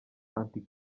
anti